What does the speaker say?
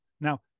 Now